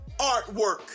artwork